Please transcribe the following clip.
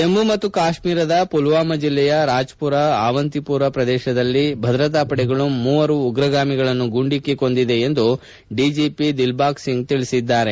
ಜಮ್ಮ ಮತ್ತು ಕಾಶ್ಮೀರದ ಪುಲ್ವಮಾ ಜಿಲ್ಲೆಯ ರಾಜ್ಪುರ ಆವಂತಿಪೂರ ಪ್ರದೇಶದಲ್ಲಿ ಭದ್ರತಾಪಡೆಗಳು ಮೂವರು ಉಗ್ರಗಾಮಿಗಳನ್ನು ಗುಂಡಿಕ್ಕಿ ಕೊಂದಿವೆ ಎಂದು ಡಿಜೆಪಿ ದಿಲ್ಲಾಗ್ ಸಿಂಗ್ ಹೇಳಿದ್ದಾರೆ